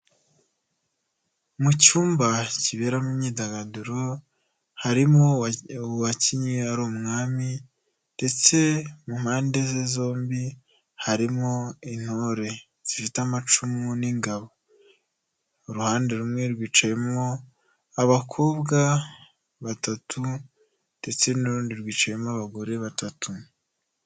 Mu cyumba kiberamo myidagaduro harimo uwakinnye ari umwami ndetse mu mpande ze zombi harimo intore zifite amacumu n'ingabo. Uruhande rumwe rwicayemo abakobwa batatu ndetse n'urundi rwicayemo abagore batatu.